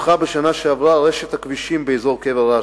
פותחה בשנה שעברה רשת הכבישים באזור קבר רשב"י,